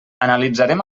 analitzarem